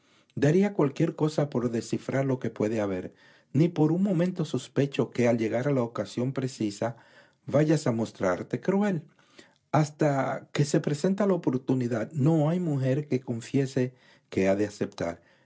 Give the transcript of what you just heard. daría cualquier cosa por descifrar lo que puede haber ni por un momento sospecho que al llegar la ocasión precisa rayas a mostrarte cruel hasta que se presenta la oportunidad no hay mujer que confiese que ha de aceptar